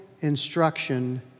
instruction